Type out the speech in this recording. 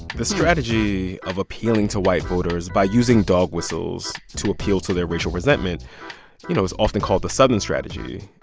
the strategy of appealing to white voters by using dog whistles to appeal to their racial resentment you know, it's often called the southern strategy.